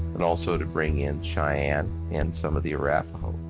and also to bring in cheyenne and some of the arapaho.